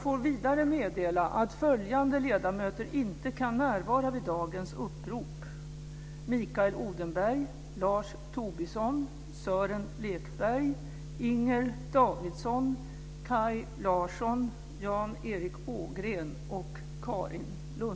Ärade riksdagsledamöter! Varmt välkomna till